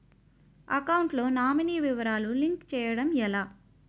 Account లో nominee వివరాలు link చేయటం ఎలా?